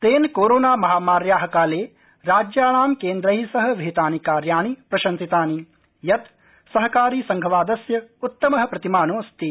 तेन कोरोना महामार्या काले राज्याणां केन्द्रै सह विहितानि कार्याणि प्रशंसितानि यत् सहकारी संघवादस्य उत्तम प्रतिमानोऽस्ति